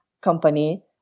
company